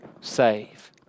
save